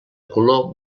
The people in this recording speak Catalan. color